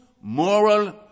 moral